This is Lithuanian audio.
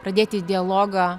pradėti dialogą